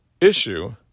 issue